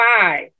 five